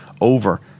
over